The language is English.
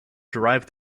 drive